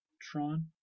Tron